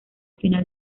final